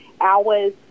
hours